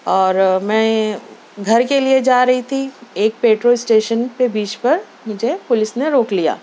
اور میں گھر کے لئے جا رہی تھی ایک پیٹرول اسٹیشن پہ بیچ پر مجھے پولس نے روک لیا